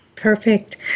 Perfect